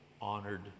honored